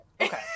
Okay